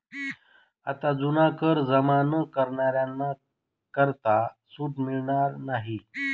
आता जुना कर जमा न करणाऱ्यांना करात सूट मिळणार नाही